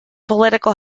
political